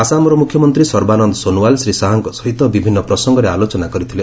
ଆସାମର ମୁଖ୍ୟମନ୍ତ୍ରୀ ସର୍ବାନନ୍ଦ ସୋନୱାଲ୍ ଶ୍ରୀ ଶାହାଙ୍କ ସହିତ ବିଭିନ୍ନ ପ୍ରସଙ୍ଗରେ ଆଲୋଚନା କରିଥିଲେ